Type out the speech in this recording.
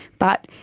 but